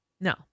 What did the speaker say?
No